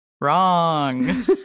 Wrong